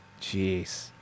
Jeez